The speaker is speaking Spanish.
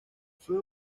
fue